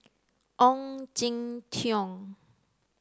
Ong Jin Teong